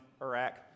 Iraq